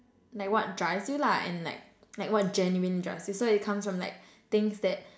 like what drives you lah and like like what genuine drives you so it comes from like things that